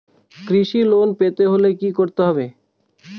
কৃষি লোন পেতে হলে কি করতে হবে?